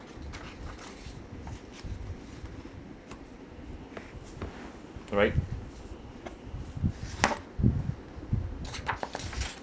all right